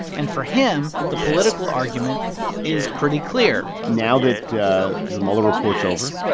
and for him, the political argument is pretty clear now that yeah the mueller report's over,